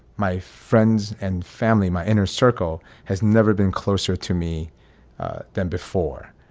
my friends and family, my inner circle has never been closer to me than before.